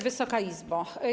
Wysoka Izbo!